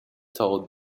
told